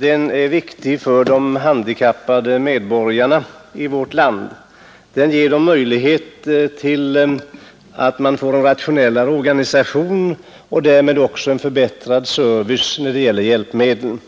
är viktig för de handikappade medborgarna i vårt land. Den ger dem möjlighet till att genom en rationellare organisation få en förbättrad service när det gäller hjälpmedlen.